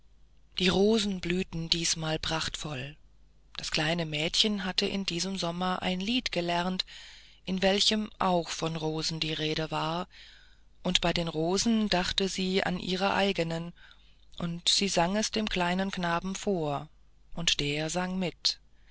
die rosen blühten diesmal prachtvoll das kleine mädchen hatte in diesem sommer ein lied gelernt in welchem auch von rosen die rede war und bei den rosen dachte sie an ihre eigenen und sie sang es dem kleinen knaben vor und er sang mit